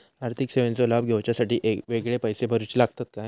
आर्थिक सेवेंचो लाभ घेवच्यासाठी वेगळे पैसे भरुचे लागतत काय?